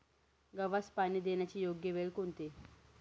गव्हास पाणी देण्याची योग्य वेळ कोणती?